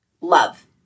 love